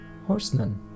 horsemen